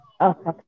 Okay